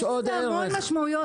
יש בזה המון משמעויות,